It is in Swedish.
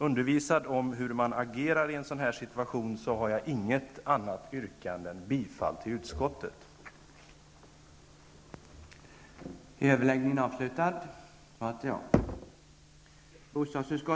Undervisad om hur man agerar i en sådan här situation, har jag inget annat yrkande än bifall till utskottets hemställan.